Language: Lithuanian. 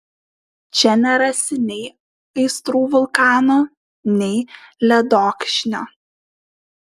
čia nerasi nei aistrų vulkano nei ledokšnio